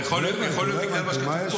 יכול להיות בגלל מה שכתוב פה.